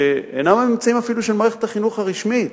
שאינם אמצעים אפילו של מערכת החינוך הרשמית